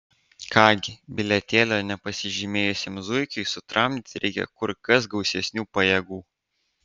ką gi bilietėlio nepasižymėjusiam zuikiui sutramdyti reikia kur kas gausesnių pajėgų